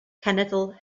cenedl